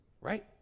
Right